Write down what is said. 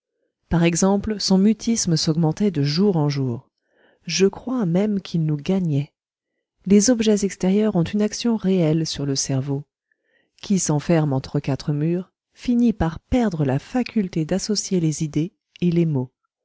par exemple son mutisme s'augmentait de jour en jour je crois même qu'il nous gagnait les objets extérieurs ont une action réelle sur le cerveau qui s'enferme entre quatre murs finit par perdre la faculté d'associer les idées et les mots